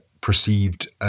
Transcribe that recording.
perceived